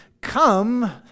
come